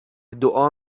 دعا